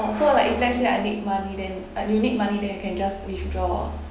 orh so like if let's say I need money then a you need money then you can just withdraw